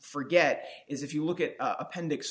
forget is if you look at appendix